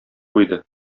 куйды